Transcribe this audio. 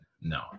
No